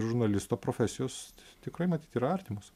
žurnalisto profesijos tikrai matyt yra artimos